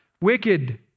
wicked